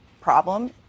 problem